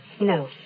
No